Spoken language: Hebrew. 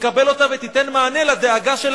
תקבל אותה ותיתן מענה לדאגה.